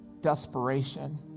desperation